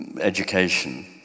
education